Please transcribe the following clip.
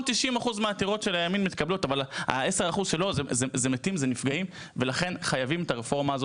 ה-10% האלה הם המון, ולכן חייבים את הרפורמה.